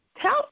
Tell